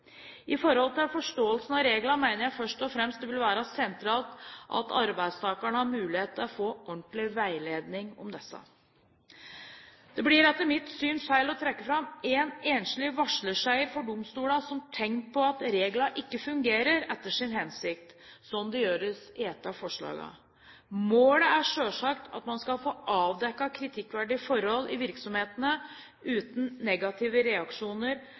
I forhold til forståelsen av reglene mener jeg først og fremst det vil være sentralt at arbeidstakerne har mulighet til å få ordentlig veiledning om disse. Det blir etter mitt syn feil å trekke fram én enslig «varslerseier» for domstolene som et tegn på at reglene ikke fungerer etter sin hensikt, slik det gjøres i et av forslagene. Målet er selvsagt at man skal få avdekket kritikkverdige forhold i virksomhetene uten negative reaksjoner